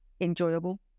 enjoyable